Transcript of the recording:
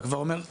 אתה כבר אומר,